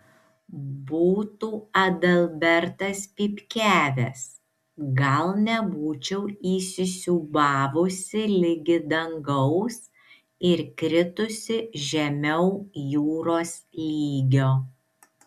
būtų adalbertas pypkiavęs gal nebūčiau įsisiūbavusi ligi dangaus ir kritusi žemiau jūros lygio